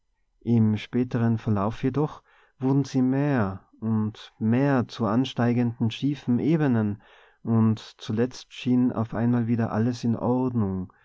im späteren verlauf jedoch wurden sie mehr und mehr zu ansteigenden schiefen ebenen und zuletzt schien auf einmal wieder alles in ordnung